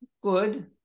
good